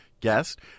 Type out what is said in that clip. guest